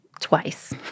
Twice